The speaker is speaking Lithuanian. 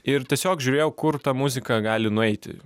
ir tiesiog žiūrėjau kur ta muzika gali nueiti